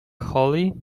hollie